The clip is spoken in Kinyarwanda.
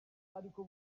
ariko